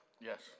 Yes